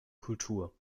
kultur